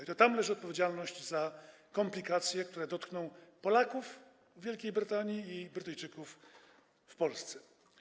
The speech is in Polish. I tam spoczywa odpowiedzialność za komplikacje, które dotkną Polaków w Wielkiej Brytanii i Brytyjczyków w Polsce.